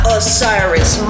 Osiris